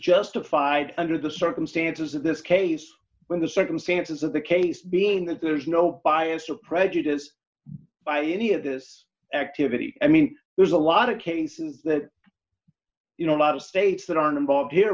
justified under the circumstances of this case when the circumstances of the case being that there's no bias or prejudice by any of this activity i mean there's a lot of cases that you know a lot of states that aren't involved here